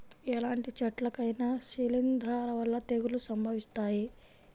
ఎలాంటి చెట్లకైనా శిలీంధ్రాల వల్ల తెగుళ్ళు సంభవిస్తాయి